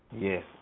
Yes